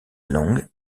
long